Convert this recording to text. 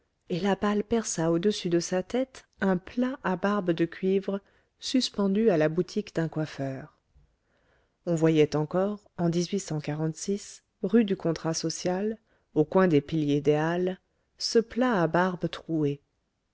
et la balle perça au-dessus de sa tête un plat à barbe de cuivre suspendu à la boutique d'un coiffeur on voyait encore en rue du contrat social au coin des piliers des halles ce plat à barbe troué